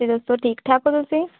ਤੁਸੀਂ ਦੱਸੋ ਠੀਕ ਠਾਕ ਹੋ ਤੁਸੀਂ